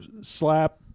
slap